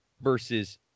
versus